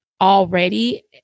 already